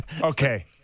Okay